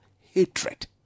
hatred